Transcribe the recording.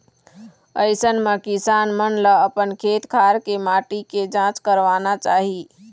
अइसन म किसान मन ल अपन खेत खार के माटी के जांच करवाना चाही